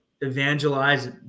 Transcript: evangelize